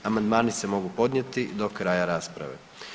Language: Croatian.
Amandmani se mogu podnijeti do kraja rasprave.